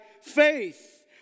faith